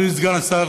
אדוני סגן השר,